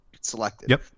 selected